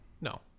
No